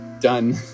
done